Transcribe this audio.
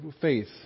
faith